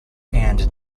and